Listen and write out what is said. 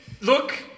look